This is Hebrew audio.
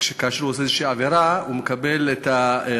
שכאשר הוא עושה איזו עבירה הוא מקבל את הרפורט,